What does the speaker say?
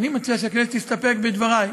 אני מציע שהכנסת תסתפק בדברי.